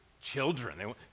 children